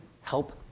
help